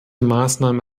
maßnahmen